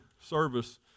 service